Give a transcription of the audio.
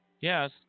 Yes